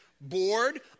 bored